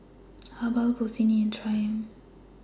Habhal Bossini and Triumph